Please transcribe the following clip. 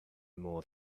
more